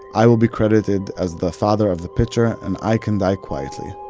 i will be credited as the father of the pitcher, and i can die quietly.